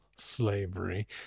Slavery